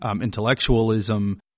intellectualism